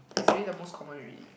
is already the most common already